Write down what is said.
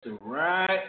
right